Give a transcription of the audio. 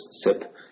SIP